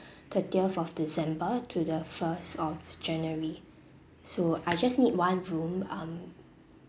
thirtieth of december to the first of january so I just need one room um